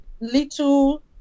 little